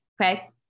okay